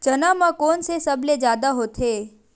चना म कोन से सबले जादा होथे?